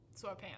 sweatpants